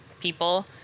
people